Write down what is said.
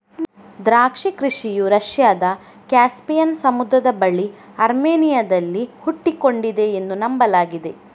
ದ್ರಾಕ್ಷಿ ಕೃಷಿಯು ರಷ್ಯಾದ ಕ್ಯಾಸ್ಪಿಯನ್ ಸಮುದ್ರದ ಬಳಿ ಅರ್ಮೇನಿಯಾದಲ್ಲಿ ಹುಟ್ಟಿಕೊಂಡಿದೆ ಎಂದು ನಂಬಲಾಗಿದೆ